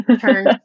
turn